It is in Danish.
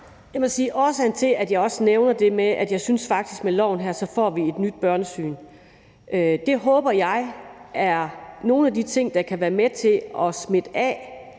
Jeg må sige, at årsagen til, at jeg også nævner det med, at jeg faktisk synes, at vi med loven her får et nyt børnesyn, er, at jeg håber, det er nogle af de ting, der kan være med til at smitte af,